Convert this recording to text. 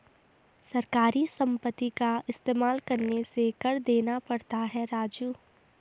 सरकारी संपत्ति का इस्तेमाल करने से कर देना पड़ता है राजू